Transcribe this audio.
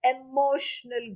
emotional